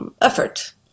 effort